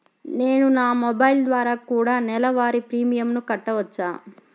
నేను నా మొబైల్ ద్వారా కూడ నెల వారి ప్రీమియంను కట్టావచ్చా?